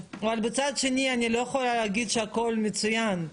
אבל מצד שני אני לא יכולה להגיד שהכול מצוין.